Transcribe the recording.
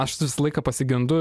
aš visą laiką pasigendu